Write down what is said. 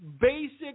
basic